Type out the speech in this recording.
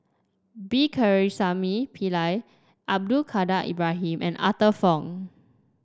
B Pakirisamy Pillai Abdul Kadir Ibrahim and Arthur Fong